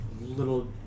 little